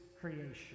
creation